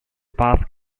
path